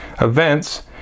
events